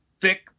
thick